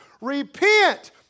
Repent